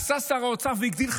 עשה שר האוצר והגדיל,